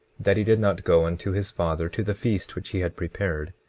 that he did not go unto his father to the feast which he had prepared.